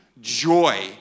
joy